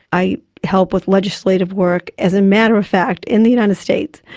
i help with legislative work. as a matter of fact, in the united states,